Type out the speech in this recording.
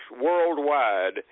worldwide